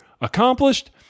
accomplished